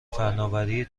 فنآوری